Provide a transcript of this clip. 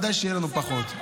ודאי שיהיה לנו פחות.